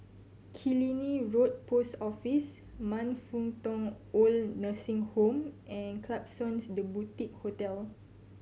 Killiney Road Post Office Man Fut Tong OId Nursing Home and Klapsons The Boutique Hotel